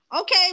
okay